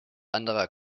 anderer